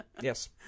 Yes